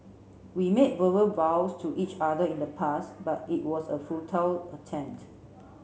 we made verbal vows to each other in the past but it was a futile attempt